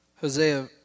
Hosea